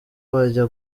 bajya